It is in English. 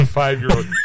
five-year-old